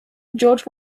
george